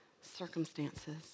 circumstances